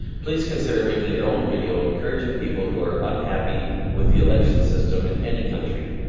please consider making your own video encouraging people who are unhappy with the election system in any country,